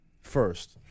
First